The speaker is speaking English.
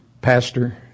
pastor